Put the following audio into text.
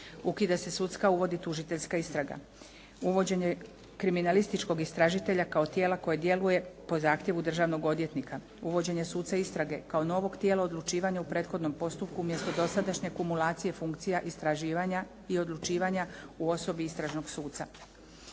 Ukida se sudska a uvodi tužiteljska istraga, uvođenje kriminalističkog istražitelja kao tijela koje djeluje po zahtjevu državnog odvjetnika, uvođenje suca istrage kao novog tijela odlučivanja u prethodnom postupku umjesto dosadašnje kumulacije funkcija istraživanja i odlučivanja u osobi istražnog suca,